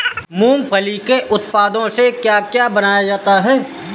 मूंगफली के उत्पादों से क्या क्या बनाया जाता है?